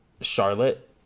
Charlotte